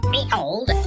Behold